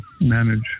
manage